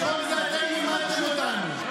את כל זה אתם לימדתם אותנו.